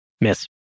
Miss